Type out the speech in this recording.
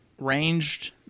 ranged